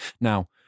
Now